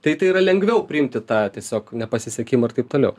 tai tai yra lengviau priimti tą tiesiog nepasisekimą ir taip toliau